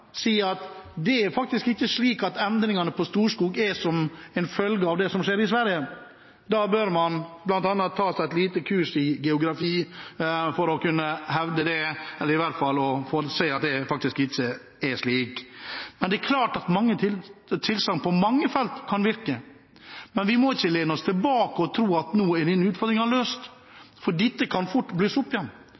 si at det er faktisk ikke slik at endringene på Storskog kommer som en følge av det som skjer i Sverige. Man bør bl.a. ta seg et lite kurs i geografi før man kan hevde det – eller for å se at det faktisk ikke er slik. Det er klart at innstramming på mange felt kan virke, men vi må ikke lene oss tilbake og tro at nå er denne utfordringen løst, for dette kan fort